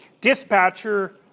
dispatcher